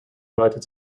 united